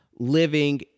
living